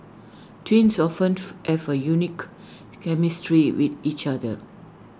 twins often have A unique chemistry with each other